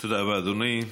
תודה רבה, אדוני.